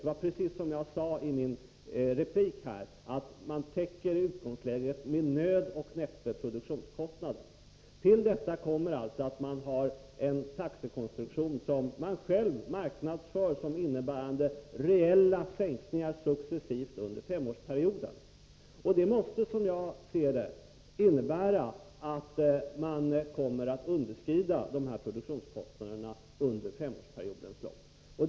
Det var precis som jag sade i min replik, nämligen att man i utgångsläget med nöd och näppe täcker produktionskostnaden. Till detta kommer att man har en taxekonstruktion som man själv marknadsför som innebärande reella sänkningar successivt under femårsperioden. Det måste, som jag ser det, innebära att man kommer att underskrida dessa produktionskostnader under femårsperiodens lopp.